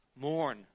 mourn